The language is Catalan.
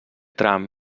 tram